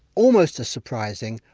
almost as surprising,